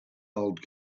old